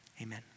Amen